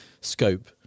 scope